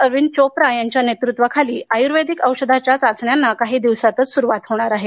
अरविंद चोप्रा यांच्या नेतृत्वाखाली आयुर्वेदिक औषधाच्या चाचण्यांना काही दिवसात सुरुवात केली जाणार आहे